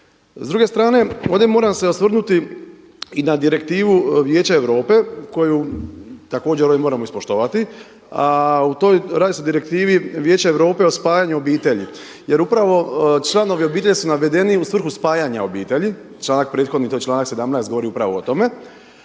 S druge strane ovdje moram se osvrnuti i na direktivu Vijeća Europe koju također moramo ispoštovati a radi se o direktivi Vijeća Europe o spajanju obitelji jer upravo članovi obitelji su navedeni u svrhu spajanja obitelji, članak prethodni to je članak 17. govori upravo o tome.